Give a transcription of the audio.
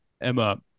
Emma